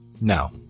No